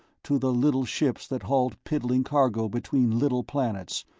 to the little ships that hauled piddling cargo between little planets,